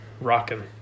rocking